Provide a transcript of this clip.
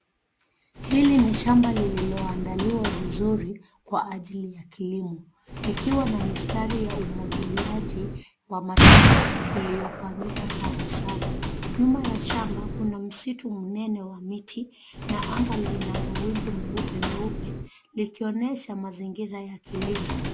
Hili ni shamba lililoandaliwa vizuri kwa ajili ya kilimo, likiwa na mistari ya umwagiliaji wa matone, iliyopangika sawa sawa. Nyuma ya shamba, kuna msitu mnene wa miti, na anga lina mawingu meupe meupe, likionesha mazingira ya kilimo.